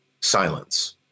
silence